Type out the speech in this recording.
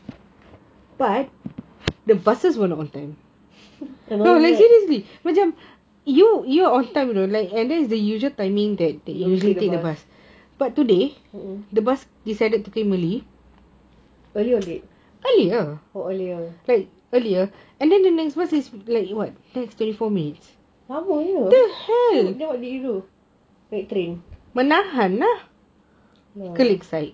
I know right you always take the bus early or late oh earlier lama dia then what did you do take train